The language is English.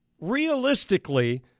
realistically